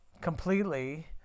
completely